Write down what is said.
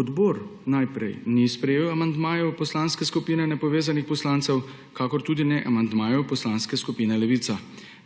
Odbor najprej ni sprejel amandmajev Poslanske skupine nepovezanih poslancev in tudi ne amandmajev Poslanske skupine Levica.